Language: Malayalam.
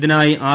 ഇതിനായി ആർ